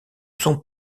sont